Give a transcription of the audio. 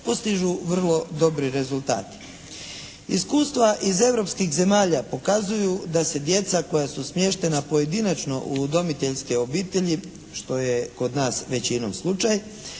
postižu vrlo dobri rezultati. Iskustva iz europskih zemalja pokazuju da se djeca koja su smještena pojedinačno u udomiteljske obitelji što je kod nas većinom slučaj,